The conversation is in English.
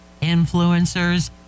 influencers